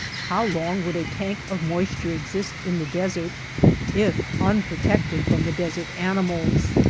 how long would a tank of moisture exist in the desert if unprotected from the desert animals?